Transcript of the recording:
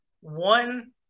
one